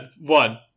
one